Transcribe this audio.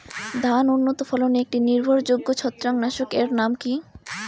ধান উন্নত ফলনে একটি নির্ভরযোগ্য ছত্রাকনাশক এর নাম কি?